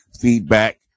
feedback